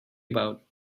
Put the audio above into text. about